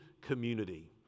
community